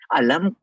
alam